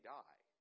die